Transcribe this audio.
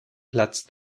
platz